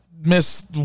Miss